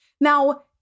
Now